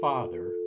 Father